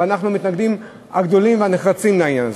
ואנחנו המתנגדים הגדולים והנחרצים לעניין הזה.